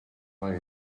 lie